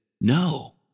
No